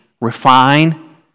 refine